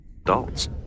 Adults